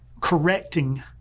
correcting